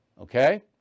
Okay